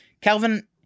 Calvin